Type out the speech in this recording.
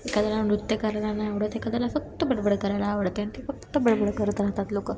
एखाद्याला नृत्य करायला नाही आवडत एखाद्याला फक्त बडबड करायला आवडते आणि ते फक्त बडबड करत राहतात लोकं